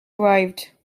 arrived